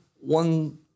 one